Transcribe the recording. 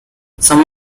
some